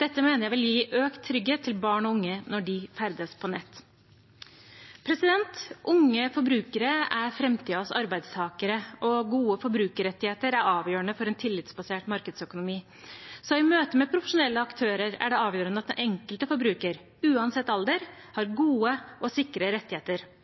Dette mener jeg vil gi økt trygghet for barn og unge når de ferdes på nett. Unge forbrukere er framtidens arbeidstakere, og gode forbrukerrettigheter er avgjørende for en tillitsbasert markedsøkonomi. I møte med profesjonelle aktører er det avgjørende at den enkelte forbruker, uansett alder, har gode og sikre rettigheter.